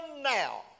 now